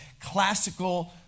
classical